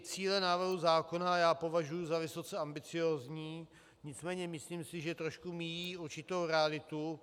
Cíle návrhu zákona já považuji za vysoce ambiciózní, nicméně myslím, že trošku míjí určitou realitu.